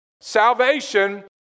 Salvation